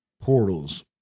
portals